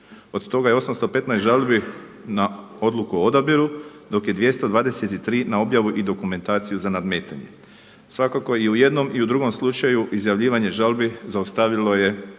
Od toga je 815 žalbi na odluku o odabiru dok je 223 na objavu i dokumentaciju za nadmetanje. Svakako i u jednom i u drugom slučaju izjavljivanje žalbi zaustavilo je